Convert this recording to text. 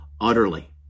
utterly